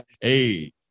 Hey